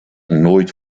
nooit